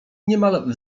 niemal